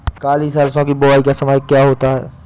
काली सरसो की बुवाई का समय क्या होता है?